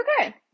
okay